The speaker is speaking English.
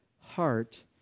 heart